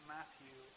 Matthew